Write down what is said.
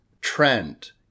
trend